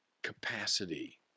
capacity